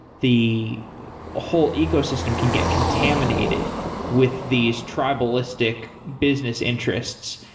the whole ecosystem can get contaminated with these tribalistic business interests.